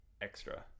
extra